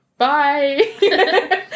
Bye